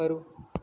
ખરું